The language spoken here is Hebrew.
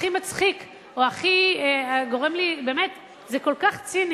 הכי מצחיק, או: הכי גורם לי, באמת, זה כל כך ציני